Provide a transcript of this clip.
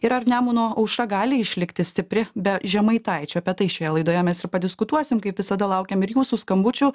ir ar nemuno aušra gali išlikti stipri be žemaitaičio apie tai šioje laidoje mes ir padiskutuosim kaip visada laukiam ir jūsų skambučių